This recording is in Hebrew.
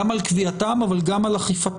גם על קביעתם אבל גם על אכיפתם,